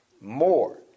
more